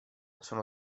sono